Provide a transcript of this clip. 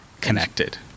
connected